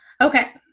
okay